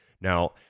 Now